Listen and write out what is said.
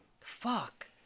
fuck